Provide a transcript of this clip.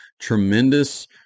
tremendous